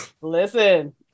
Listen